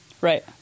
Right